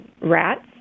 rats